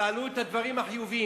תעלו את הדברים החיוביים.